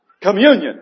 Communion